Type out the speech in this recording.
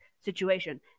situation